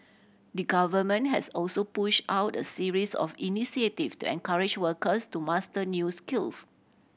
the Government has also push out a series of initiative to encourage workers to master new skills